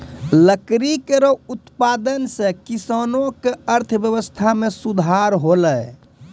लकड़ी केरो उत्पादन सें किसानो क अर्थव्यवस्था में सुधार हौलय